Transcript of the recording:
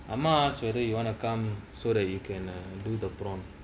amma so they you want to come so that you can do the prawn